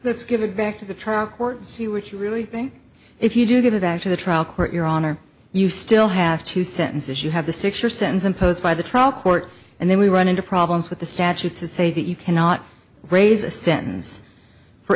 let's give it back to the trial court see what you really think if you do give it back to the trial court your honor you still have two sentences you have the six year sentence imposed by the trial court and then we run into problems with the statutes that say that you cannot raise a sentence for